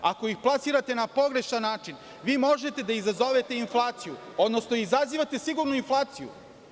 Ako ih plasirate na pogrešan način, vi možete da izazovete inflaciju, odnosno izazivate sigurno inflaciju.